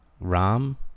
ram